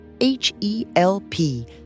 H-E-L-P